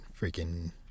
freaking